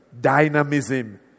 dynamism